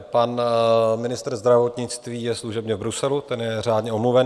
Pan ministr zdravotnictví je služebně v Bruselu, ten je řádně omluven.